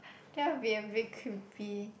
that will be a bit creepy